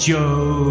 Joe